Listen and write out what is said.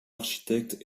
architectes